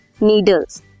needles